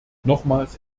nochmals